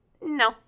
no